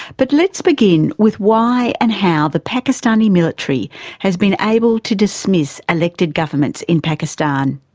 but let's begin with why and how the pakistani military has been able to dismiss elected governments in pakistan.